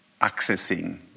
accessing